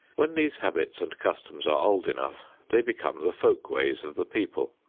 when these habits and customs are old enough they become the folk-ways of the people.